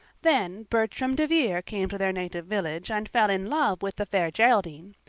then bertram devere came to their native village and fell in love with the fair geraldine.